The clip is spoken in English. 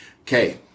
Okay